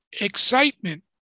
excitement